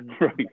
Right